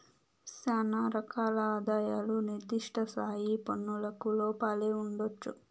శానా రకాల ఆదాయాలు నిర్దిష్ట స్థాయి పన్నులకు లోపలే ఉండొచ్చు